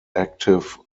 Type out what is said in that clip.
active